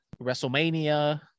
WrestleMania